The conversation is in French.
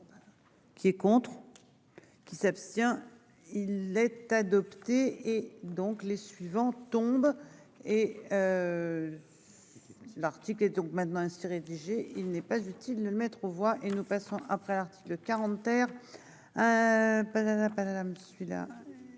Qui est contre. Qui s'abstient. Il est adopté. Et donc les suivants tombe et. L'Arctique et donc maintenant ainsi rédigé, il n'est pas utile de le mettre aux voix et nous passons. Après l'article 40